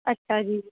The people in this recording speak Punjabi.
ਅੱਛਾ ਜੀ